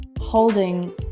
holding